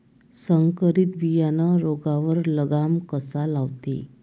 संकरीत बियानं रोगावर लगाम कसा लावते?